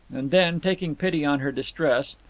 and then, taking pity on her distress,